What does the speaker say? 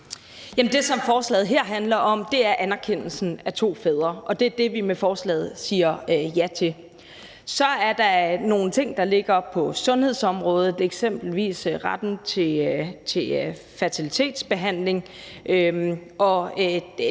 det, som forslaget her handler om, er anerkendelsen af to fædre, og det er det, vi med forslaget siger ja til. Så er der nogle ting, som ligger på sundhedsområdet, eksempelvis retten til fertilitetsbehandling, og det